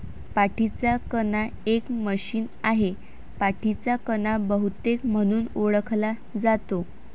पाठीचा कणा एक मशीन आहे, पाठीचा कणा बहुतेक म्हणून ओळखला जातो